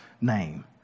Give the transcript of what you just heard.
name